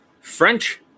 French